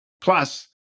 Plus